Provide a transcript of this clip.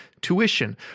tuition